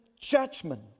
judgment